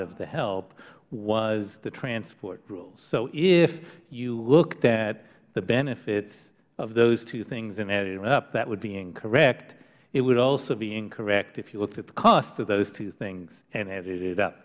of the help was the transport rule so if you looked at the benefits of those two things and added them up that would be incorrect it would also be incorrect if you looked at the cost of those two things and added it up th